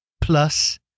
plus